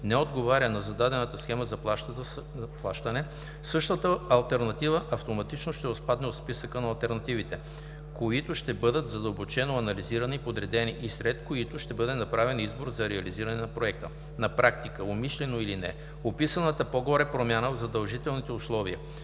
не отговаря на зададената схема за плащане, същата алтернатива автоматично ще отпадне от списъка на алтернативите, които ще бъдат задълбочено анализирани и подредени и сред които ще бъде направен избор за реализиране на проекта. На практика, умишлено или не, описаната по-горе промяна в задължителните условия